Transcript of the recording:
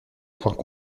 points